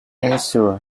ensued